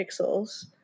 pixels